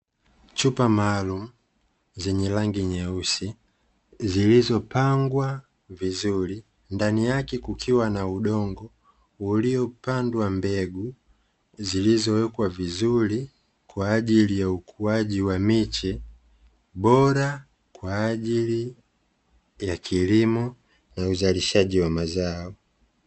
Chupa maalumu zenye rangi nyeusi zilizopangwa vizuri, ndani yake kukiwa na udongo uliopandwa mbegu zilizowekwa vizuri kwaajili ya ukuaji ya miche bora kwaajili ya kilimo na uzalishaji wa mazao.